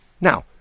Now